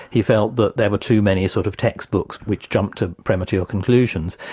he felt that there were too many sort of textbooks which jumped to premature conclusions,